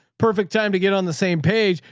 perfect time to get on the same page.